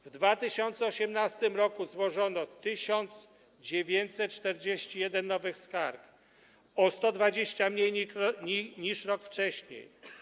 W 2018 r. złożono 1941 nowych skarg, o 120 mniej niż rok wcześniej.